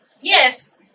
Yes